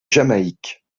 jamaïque